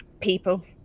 people